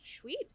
Sweet